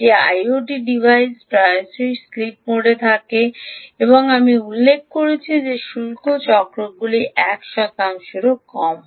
এটি IoT device প্রায়শই sleep মোডে থাকে এবং আমি উল্লেখ করেছি যে শুল্ক চক্রগুলি 1 শতাংশেরও কম